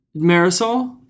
Marisol